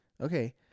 okay